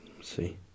see